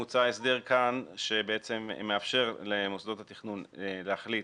מוצע הסדר כאן שמאפשר למוסדות התכנון להחליט